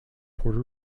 puerto